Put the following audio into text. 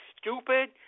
stupid